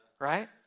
right